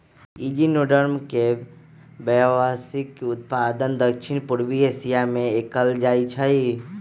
echinoderm के व्यावसायिक उत्पादन दक्षिण पूर्व एशिया में कएल जाइ छइ